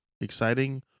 exciting